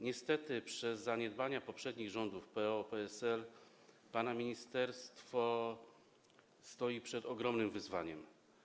Niestety przez zaniedbania poprzednich rządów, rządów PO-PSL, pana ministerstwo stoi przed ogromnym wyzwaniem.